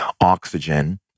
oxygen